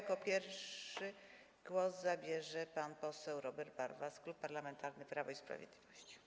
Jako pierwszy głos zabierze pan poseł Robert Warwas, Klub Parlamentarny Prawo i Sprawiedliwość.